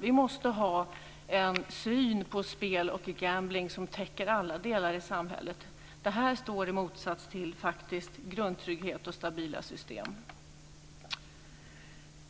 Vi måste ha en syn på spel och gambling som täcker alla delar i samhället. Det här står faktiskt i motsats till grundtrygghet och stabila system.